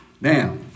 Now